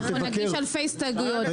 אנחנו נגיש אלפי הסתייגויות,